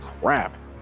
crap